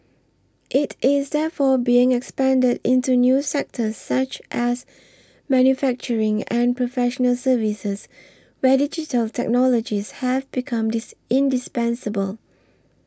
it is therefore being expanded into new sectors such as manufacturing and professional services where digital technologies have become dis indispensable